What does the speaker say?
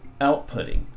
outputting